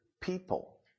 people